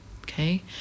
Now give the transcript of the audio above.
okay